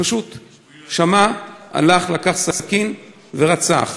שפשוט שמע, הלך, לקח סכין ורצח.